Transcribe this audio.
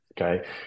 Okay